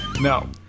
No